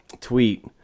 tweet